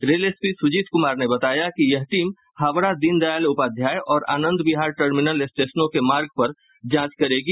rail SP Sujeet Kumar ने बताया कि यह टीम हावड़ा दीनदयाल उपाध्याय और आनंद विहार टर्मिनल स्टेशनों के मार्ग पर जांच करेगी